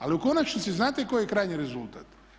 Ali u konačnici znate koji je krajnji rezultat?